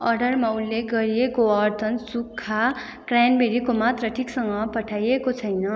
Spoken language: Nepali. अर्डरमा उल्लेख गरिएको अर्थन सुक्खा क्रेनबेरीको मात्रा ठिकसँग पठाइएको छैन